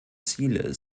ziele